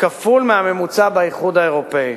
כפול מהממוצע באיחוד האירופי.